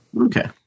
Okay